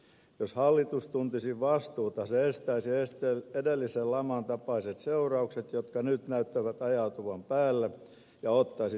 jos hallitus tuntisi vastuuta se estäisi edellisen laman tapaiset seuraukset jotka nyt näyttävät ajautuvan päälle ja ottaisi niistä oppia